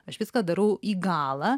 aš viską darau į galą